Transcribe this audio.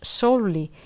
solely